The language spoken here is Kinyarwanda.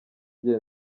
gihe